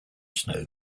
snow